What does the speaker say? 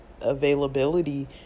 availability